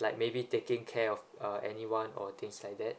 like maybe taking care of uh anyone or things like that